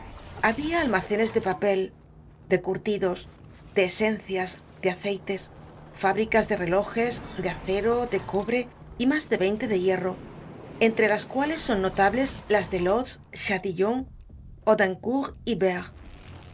habia almacenes de papel de curtidos de esencias de acei tes fábricas de relojes de acero de cobre y mas de veinte de hierro entre las cuales son notables las de lods chátillon audincourt y